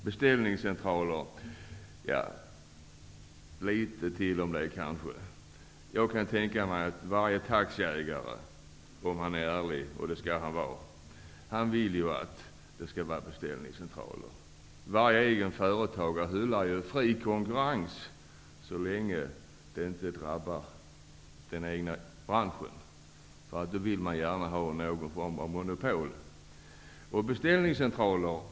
Jag vill säga ytterligare något om beställningscentraler. Jag kan tänka mig att varje taxiägare om han är ärlig -- och det skall han vara -- vill att det skall finnas beställningscentraler. Varje egen företagare hyllar fri konkurrens så länge det inte drabbar den egna branschen. Då vill man gärna ha någon form av monopol.